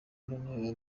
noneho